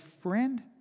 Friend